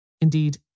Indeed